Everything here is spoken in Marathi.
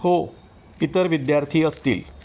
हो इतर विद्यार्थी असतील